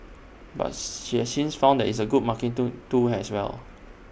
but she has since found that IT is A good marketing tool as well